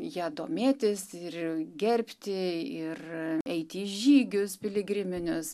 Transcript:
ja domėtis ir gerbti ir eiti į žygius piligriminius